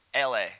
LA